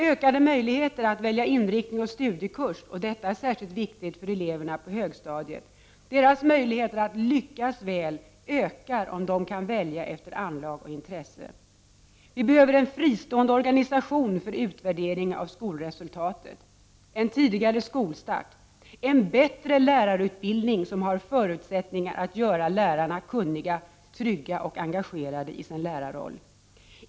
— Ökade möjligheter att välja inriktning och studiekurs. Detta är särskilt viktigt för eleverna på högstadiet. Deras möjligheter att lyckas väl ökar om de kan välja efter anlag och intresse. — En bättre lärarutbildning som har förutsättningar att göra lärarna kunniga, trygga och engagerade i sin lärarroll.